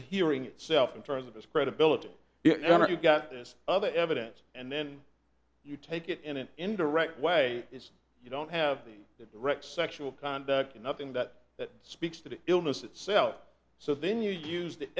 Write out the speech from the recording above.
the hearing itself in terms of his credibility you've got this other evidence and then you take it in an indirect way it's you don't have the right sexual conduct and nothing that that speaks to the illness itself so then you use th